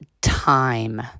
time